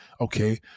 Okay